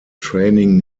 training